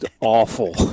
awful